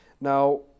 Now